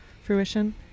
fruition